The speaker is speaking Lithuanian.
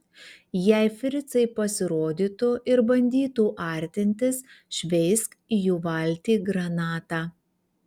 jei fricai pasirodytų ir bandytų artintis šveisk į jų valtį granatą